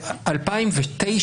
ב-2009,